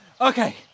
Okay